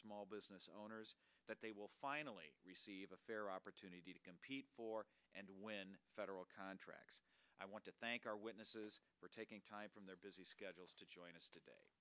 small business owners that they will finally receive a fair opportunity to compete for and win federal con i want to thank our witnesses for taking time from their busy schedules to join us today